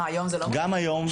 גם היום,